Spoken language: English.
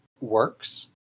works